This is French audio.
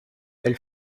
elle